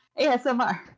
ASMR